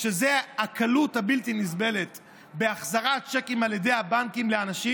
שזה הקלות הבלתי-נסבלת בהחזרת צ'קים על ידי הבנקים לאנשים